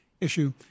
issue